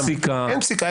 יש פסיקה --- אין פסיקה,